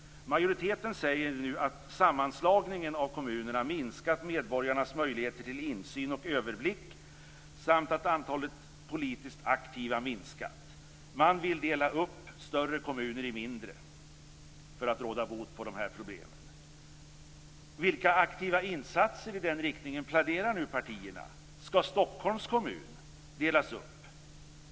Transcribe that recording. Majoriteten säger nu att sammanslagningen av kommunerna minskat medborgarnas möjligheter till insyn och överblick samt att antalet politiskt aktiva minskat. Man vill dela upp större kommuner i mindre för att råda bot på de här problemen. Vilka aktiva insatser i den riktningen planerar nu partierna? Skall Stockholms kommun delas upp?